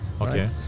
Okay